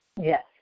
Yes